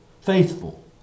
faithful